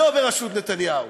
לא בראשות נתניהו.